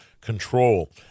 control